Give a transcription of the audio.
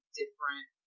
different